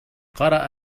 قرأ